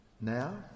now